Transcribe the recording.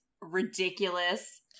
ridiculous